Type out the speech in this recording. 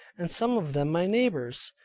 and some of them my neighbors.